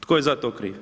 Tko je za to kriv?